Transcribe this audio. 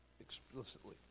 explicitly